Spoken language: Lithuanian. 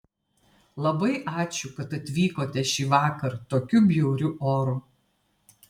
labai ačiū kad atvykote šįvakar tokiu bjauriu oru